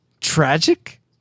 Tragic